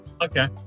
okay